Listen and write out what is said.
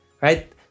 right